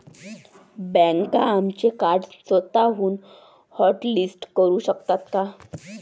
बँका आमचे कार्ड स्वतःहून हॉटलिस्ट करू शकतात का?